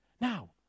now